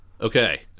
Okay